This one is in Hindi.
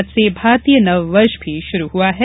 आज से भारतीय नववर्ष शुरू हआ है